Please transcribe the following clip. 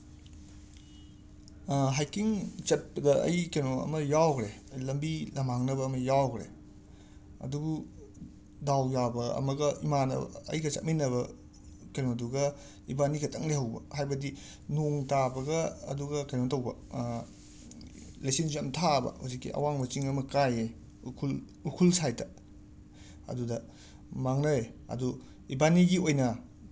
ꯍꯥꯏꯀꯤꯡ ꯆꯠꯄꯗ ꯑꯩ ꯀꯩꯅꯣ ꯑꯃ ꯌꯥꯎꯈ꯭ꯔꯦ ꯂꯝꯕꯤ ꯂꯝꯍꯥꯡꯅꯕ ꯑꯃ ꯌꯥꯎꯈ꯭ꯔꯦ ꯑꯗꯨꯕꯨ ꯗꯥꯎ ꯌꯥꯕ ꯑꯃꯒ ꯏꯃꯥꯟꯅꯕ ꯑꯩꯒꯤ ꯆꯠꯃꯤꯟꯅꯕ ꯀꯩꯅꯣꯗꯨꯒ ꯏꯕꯥꯟꯅꯤꯈꯛꯇꯪ ꯂꯩꯍꯧꯕ ꯍꯥꯏꯕꯗꯤ ꯅꯣꯡ ꯇꯥꯕꯒ ꯑꯗꯨꯒ ꯀꯩꯅꯣ ꯇꯧꯕ ꯂꯩꯆꯤꯟꯁꯨ ꯌꯥꯝ ꯊꯥꯕ ꯍꯧꯖꯤꯛꯀꯤ ꯑꯋꯥꯡꯕ ꯆꯤꯡ ꯑꯃ ꯀꯥꯏꯌꯦ ꯎꯈ꯭ꯔꯨꯜ ꯎꯈ꯭ꯔꯨꯜ ꯁꯥꯏꯠꯇ ꯑꯗꯨꯗ ꯃꯥꯡꯂꯦ ꯑꯗꯨ ꯏꯕꯥꯟꯅꯤꯒꯤ ꯑꯣꯏꯅ